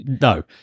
no